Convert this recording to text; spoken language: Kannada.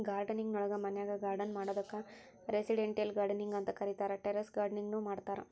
ಗಾರ್ಡನಿಂಗ್ ನೊಳಗ ಮನ್ಯಾಗ್ ಗಾರ್ಡನ್ ಮಾಡೋದಕ್ಕ್ ರೆಸಿಡೆಂಟಿಯಲ್ ಗಾರ್ಡನಿಂಗ್ ಅಂತ ಕರೇತಾರ, ಟೆರೇಸ್ ಗಾರ್ಡನಿಂಗ್ ನು ಮಾಡ್ತಾರ